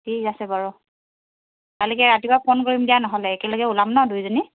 ঠিক আছে বাৰু কালিকৈ ৰাতিপুৱা ফোন কৰিম দিয়া নহ'লে একেলগে ওলাম ন দুইজনী